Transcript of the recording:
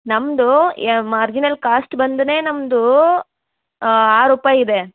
ನಮ್ಮದು ಯಾ marginal cost ಬಂದನೇ ನಮ್ಮದೂ ಆರು ರೂಪಾಯಿ ಇದೆ